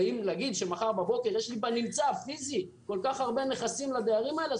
נגיד שמחר בבוקר יש לי בנמצא פיזית כל כך הרבה נכסים לדיירים האלה,